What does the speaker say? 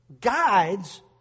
Guides